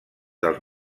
dels